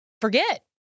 forget